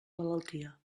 malaltia